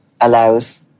allows